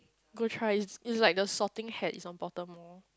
go try it's it's like the sorting hat it's on Pottermore